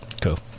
Cool